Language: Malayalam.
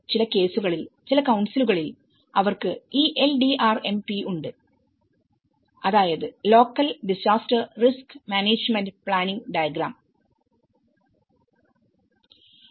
ചില കേസുകളിൽ ചില കൌൺസിലുകളിൽ അവർക്ക് ഈ LDRMP ഉണ്ട് അതായത് local disaster risk management planning guidelines